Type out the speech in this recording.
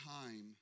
time